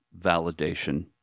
validation